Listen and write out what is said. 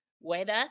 weather